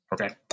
okay